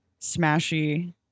smashy